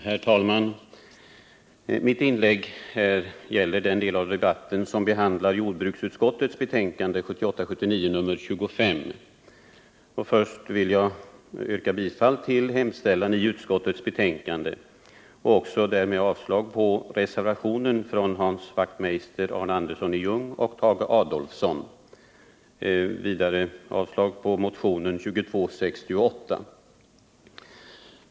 Herr talman! Mitt inlägg gäller den del av debatten som avser jordbruksutskottets betänkande 1978/79:25. Jag vill först yrka bifall till utskottets hemställan i betänkandet och därmed avslag på reservationen av Hans Wachtmeister, Arne Andersson i Ljung och Tage Adolfsson. Vidare yrkar jag avslag på motionen 2268.